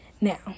Now